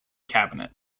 cabinet